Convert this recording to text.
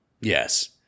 Yes